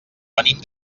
venim